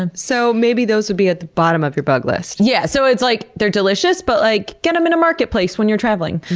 and so maybe those would be at the bottom of your bug list? yeah. so like they're delicious, but like get em in a marketplace when you're traveling.